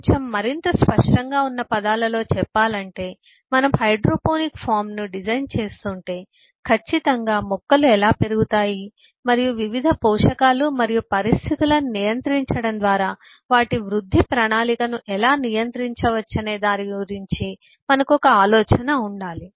కొంచెం మరింత స్పష్టంగా ఉన్న పదాలలో చెప్పాలంటే మనం హైడ్రోపోనిక్ ఫామ్ను డిజైన్ చేస్తుంటే ఖచ్చితంగా మొక్కలు ఎలా పెరుగుతాయి మరియు వివిధ పోషకాలు మరియు పరిస్థితులను నియంత్రించడం ద్వారా వాటి వృద్ధి ప్రణాళికను ఎలా నియంత్రించవచ్చనే దాని గురించి మనకు ఒక ఆలోచన ఉండాలి